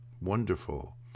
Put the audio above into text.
wonderful